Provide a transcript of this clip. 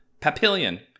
Papillion